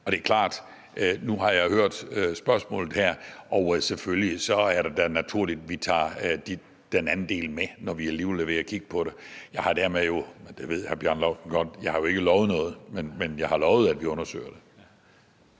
år. Det er klart, at jeg nu har hørt spørgsmålet, og selvfølgelig er det da naturligt, at vi tager den anden del med, når vi alligevel er ved at kigge på det. Jeg har jo dermed ikke – det ved hr. Bjarne Laustsen godt – lovet noget. Men jeg har lovet, at vi undersøger det.